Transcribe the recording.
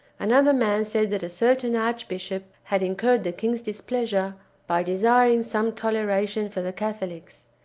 another man said that a certain archbishop had incurred the king's displeasure by desiring some toleration for the catholics.